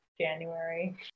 January